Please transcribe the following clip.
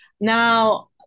Now